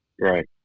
right